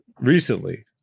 recently